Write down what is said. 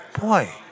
boy